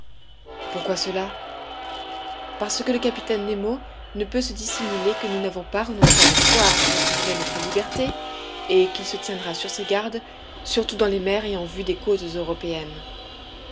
pourquoi cela parce que le capitaine nemo ne peut se dissimuler que nous n'avons pas renoncé à l'espoir de recouvrer notre liberté et qu'il se tiendra sur ses gardes surtout dans les mers et en vue des côtes européennes